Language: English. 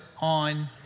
on